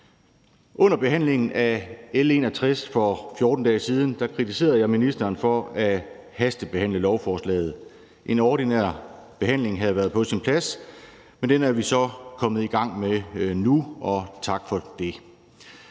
Under behandlingen af L 61 for 14 dage siden kritiserede jeg ministeren for at hastebehandle lovforslaget. En ordinær behandling havde været på sin plads, men den er vi så kommet i gang med nu, og tak for det.